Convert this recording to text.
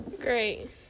Great